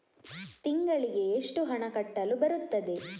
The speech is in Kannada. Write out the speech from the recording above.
ತಿಂಗಳಿಗೆ ಎಷ್ಟು ಹಣ ಕಟ್ಟಲು ಬರುತ್ತದೆ?